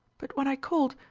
but when i called,